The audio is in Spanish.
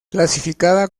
clasificada